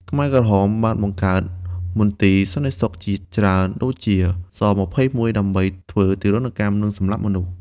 ខ្មែរក្រហមបានបង្កើតមន្ទីរសន្តិសុខជាច្រើន (ដូចជា ស-២១) ដើម្បីធ្វើទារុណកម្ម និងសម្លាប់មនុស្ស។